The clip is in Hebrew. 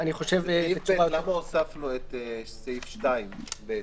למה הוספנו את סעיף (2)(ב)?